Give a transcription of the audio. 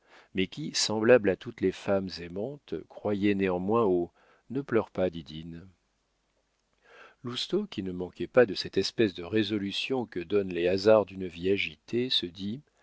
mais qui semblable à toutes les femmes aimantes croyait néanmoins au ne pleure pas didine lousteau qui ne manquait pas de cette espèce de résolution que donnent les hasards d'une vie agitée se dit